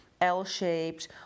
L-shaped